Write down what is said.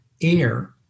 air